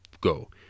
go